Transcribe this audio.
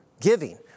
giving